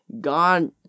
God